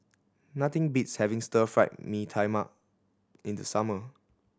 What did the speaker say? nothing beats having Stir Fry Mee Tai Mak in the summer